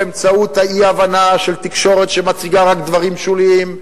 באמצעות האי-הבנה של תקשורת שמציגה רק דברים שוליים,